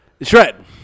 Shred